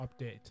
update